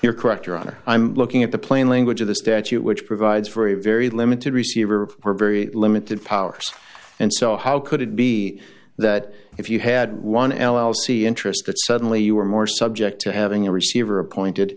you're correct your honor i'm looking at the plain language of the statute which provides for a very limited receiver of very limited powers and so how could it be that if you had one l l c interests that suddenly you were more subject to having a receiver appointed